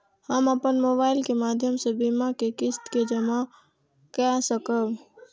हम अपन मोबाइल के माध्यम से बीमा के किस्त के जमा कै सकब?